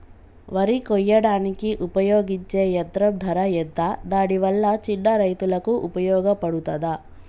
వరి కొయ్యడానికి ఉపయోగించే యంత్రం ధర ఎంత దాని వల్ల చిన్న రైతులకు ఉపయోగపడుతదా?